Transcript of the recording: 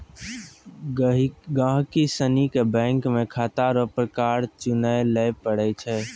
गहिकी सनी के बैंक मे खाता रो प्रकार चुनय लै पड़ै छै